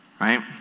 right